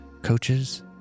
coaches